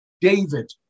David